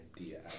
idea